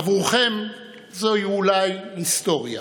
עבורכם זוהי אולי היסטוריה,